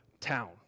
town